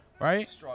Right